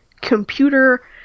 computer